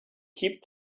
keep